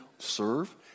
serve